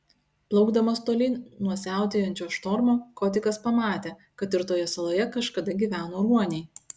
plaukdamas tolyn nuo siautėjančio štormo kotikas pamatė kad ir toje saloje kažkada gyveno ruoniai